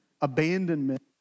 abandonment